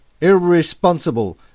irresponsible